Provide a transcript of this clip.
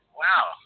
wow